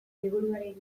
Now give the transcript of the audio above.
liburuaren